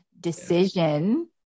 decision